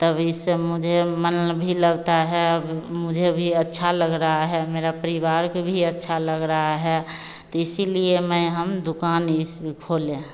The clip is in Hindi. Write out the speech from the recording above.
तब इससे मुझे मन भी लगता है मुझे भी अच्छा लग रहा है मेरे परिवार को भी अच्छा लग रहा है तो इसीलिए मैं हम इस दुक़ान खोले हैं